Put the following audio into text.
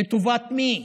לטובת מי?